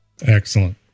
Excellent